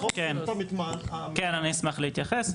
אני אשמח להתייחס.